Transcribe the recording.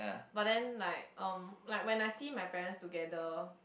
but then like um like when I see my parents together